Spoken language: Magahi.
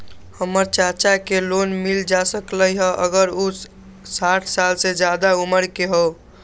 हमर चाचा के लोन मिल जा सकलई ह अगर उ साठ साल से जादे उमर के हों?